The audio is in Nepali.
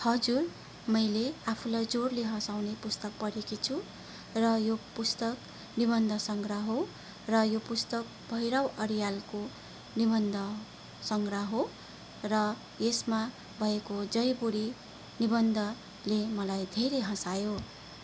हजुर मैले आफैलाई जोडले हसाउने पुस्तक पढेकी छु र यो पुस्तक निबन्ध सङ्ग्रह हो र यो पुस्तक भैरव अर्यालको निबन्ध सङ्ग्रह हो र यसमा भएको जयभुँडी निबन्धले मलाई धेरै हँसायो